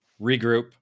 regroup